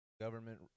government